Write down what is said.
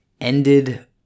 ended